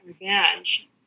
revenge